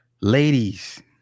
Ladies